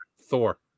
Thor